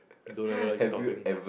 I don't ever like talking